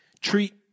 Treat